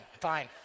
Fine